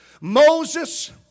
Moses